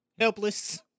Helpless